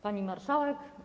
Pani Marszałek!